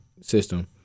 system